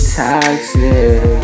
toxic